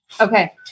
Okay